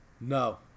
No